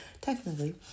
technically